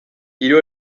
hiru